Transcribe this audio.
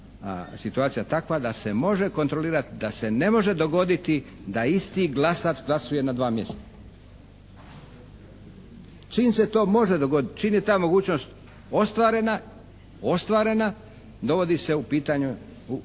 situacija takva da se može kontrolirati, da se ne može dogoditi da isti glasač glasuje na dva mjesta. Čim se to može dogoditi, čim je ta mogućnost ostvarena dovodi se u pitanje